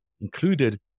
included